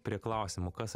prie klausimo kas